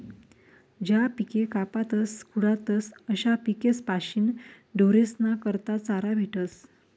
ज्या पिके कापातस खुडातस अशा पिकेस्पाशीन ढोरेस्ना करता चारा भेटस